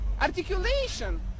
articulation